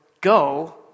go